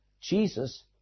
Jesus